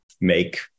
make